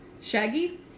Shaggy